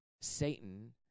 Satan